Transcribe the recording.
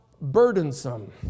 burdensome